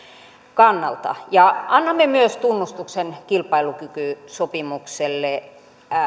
kannalta annamme myös tunnustuksen kilpailukykysopimukselle